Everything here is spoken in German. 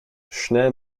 schnell